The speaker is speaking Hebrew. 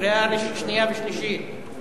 קריאה שנייה ושלישית,